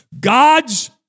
God's